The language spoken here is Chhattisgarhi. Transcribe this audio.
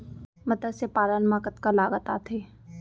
मतस्य पालन मा कतका लागत आथे?